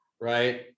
right